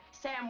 Sam